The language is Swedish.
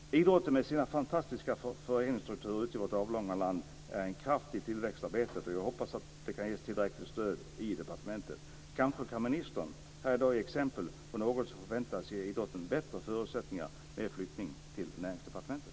Idrotten med sin fantastiska föreningsstruktur ute i vårt avlånga land är en kraft i tillväxtarbetet som jag hoppas kan ges tillräckligt stöd i departementet. Kanske kan ministern här i dag ge exempel på något som förväntas ge idrotten bättre förutsättningar med en flyttning till Näringsdepartementet.